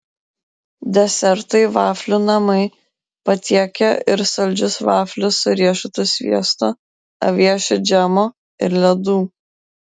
desertui vaflių namai patiekia ir saldžius vaflius su riešutų sviesto aviečių džemo ir ledų